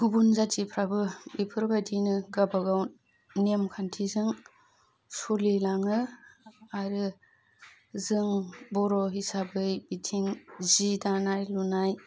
गुबुन जाथिफ्राबो बेफोरबादिनो गावबागाव नेमखान्थिजों सोलिलाङो आरो जों बर' हिसाबै बिथिं जि दानाय लुनाय